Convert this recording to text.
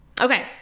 okay